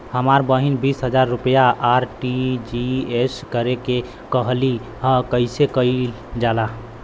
हमर बहिन बीस हजार रुपया आर.टी.जी.एस करे के कहली ह कईसे कईल जाला?